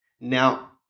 Now